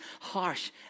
harsh